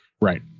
Right